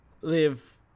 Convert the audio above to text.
live